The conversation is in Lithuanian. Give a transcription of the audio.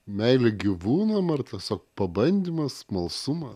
meilė gyvūnam ar tiesiog pabandymas smalsuma